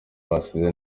basize